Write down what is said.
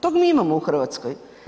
Tog mi imamo u Hrvatskoj.